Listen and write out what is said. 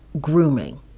grooming